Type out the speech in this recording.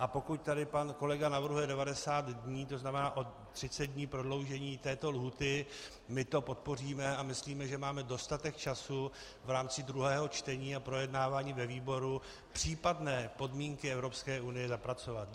A pokud tady navrhuje pan kolega 90 dní, to znamená o 30 dní prodloužení této lhůty, my to podpoříme a myslíme, že máme dostatek času v rámci druhého čtení a projednávání ve výboru případné podmínky Evropské unie zapracovat.